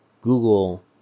Google